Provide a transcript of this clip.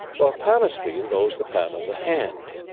while palmistry involves the palm of the hand.